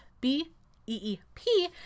B-E-E-P